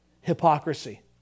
Hypocrisy